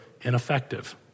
ineffective